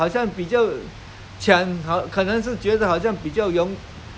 抢了好像觉得它的味道特别好 lah 就是这样